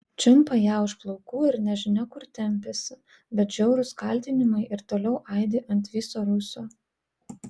čiumpa ją už plaukų ir nežinia kur tempiasi bet žiaurūs kaltinimai ir toliau aidi ant viso rūsio